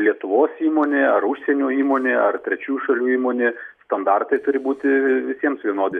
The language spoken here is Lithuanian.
lietuvos įmonė ar užsienio įmonė ar trečių šalių įmonė standartai turi būti visiems vienodi